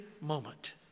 moment